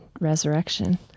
resurrection